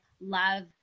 love